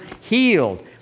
healed